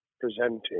presenting